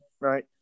right